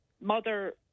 mother